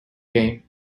came